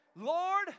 Lord